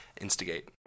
instigate